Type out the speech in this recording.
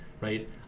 right